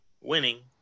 winning